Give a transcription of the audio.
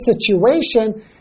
situation